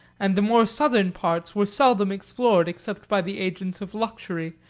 and the more southern parts were seldom explored except by the agents of luxury,